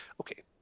Okay